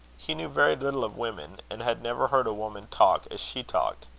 he knew very little of women and had never heard a woman talk as she talked.